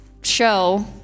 show